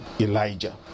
Elijah